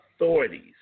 authorities